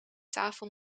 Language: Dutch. tafel